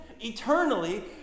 eternally